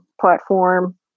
platform